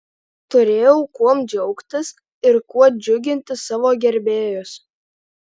turėjau kuom džiaugtis ir kuo džiuginti savo gerbėjus